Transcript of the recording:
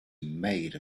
made